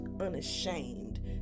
unashamed